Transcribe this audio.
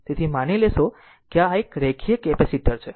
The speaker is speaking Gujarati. તેથી માની લેશે કે તે એક રેખીય કેપેસિટર છે